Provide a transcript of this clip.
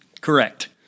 Correct